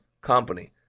company